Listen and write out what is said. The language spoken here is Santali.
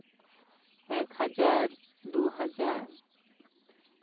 ᱮᱠ ᱦᱟᱡᱟᱨ ᱫᱩ ᱦᱟᱡᱟᱨ